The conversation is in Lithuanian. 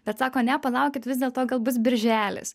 bet sako ne palaukit vis dėlto gal bus birželis